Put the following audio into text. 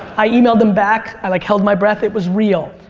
i emailed them back, i like held my breath, it was real.